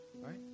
Right